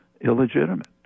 illegitimate